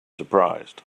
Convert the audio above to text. surprised